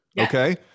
okay